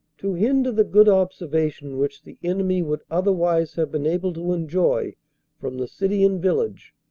to hinder the good observation which the enemy would otherwise have been able to enjoy from the city and village,